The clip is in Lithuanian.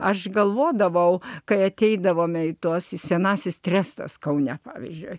aš galvodavau kai ateidavome į tuos į senasis trestas kaune pavyzdžiui